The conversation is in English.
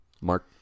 Mark